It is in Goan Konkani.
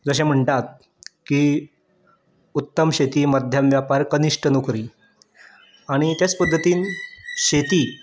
जशे म्हणटात की उत्तम शेती मध्यम वेपार कनिश्ट नोकरी आनी तेच पद्दतीन शेती